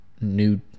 New